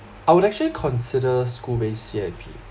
I would actually consider school based C_I_P